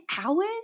hours